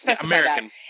American